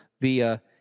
via